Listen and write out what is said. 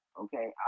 Okay